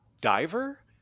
diver